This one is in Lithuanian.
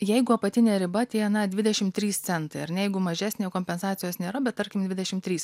jeigu apatinė riba tie na dvidešim trys centai ar jeigu mažesnė kompensacijos nėra bet tarkim dvidešim trys